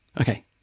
Okay